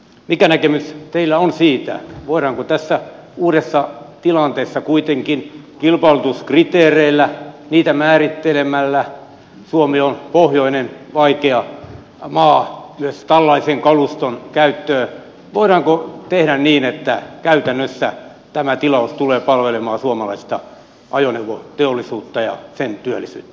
mikä näkemys teillä on siitä voidaanko tässä uudessa tilanteessa kuitenkin kilpailutuskriteereillä niitä määrittelemällä kun suomi on pohjoinen vaikea maa myös tällaisen kaluston käyttöön tehdä niin että käytännössä tämä tilaus tulee palvelemaan suomalaista ajoneuvoteollisuutta ja sen työllisyyttä